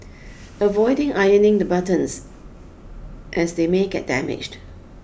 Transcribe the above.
avoid ironing the buttons as they may get damaged